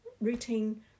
routine